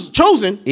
chosen